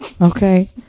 Okay